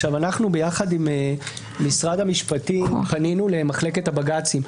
אנחנו יחד עם משרד המשפטים פנינו למחלקת הבג"צים,